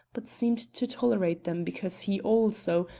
but seemed to tolerate them because he also,